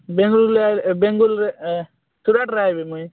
ବେଙ୍ଗଲୋର ବେଙ୍ଗଲୋରରେ ସୁରଟରୁ ଆସିବି ମୁଇଁ